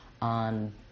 on